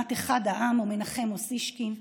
דוגמת אחד העם או מנחם אוסישקין.